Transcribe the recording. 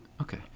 okay